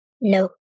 No